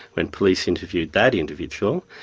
when police interviewed that individual,